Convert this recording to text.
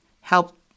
help